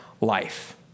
life